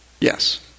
yes